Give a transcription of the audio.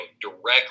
directly